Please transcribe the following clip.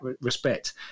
respect